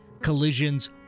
collisions